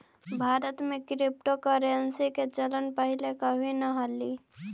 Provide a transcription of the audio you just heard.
भारत में क्रिप्टोकरेंसी के चलन पहिले कभी न हलई